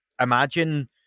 imagine